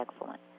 excellent